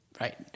Right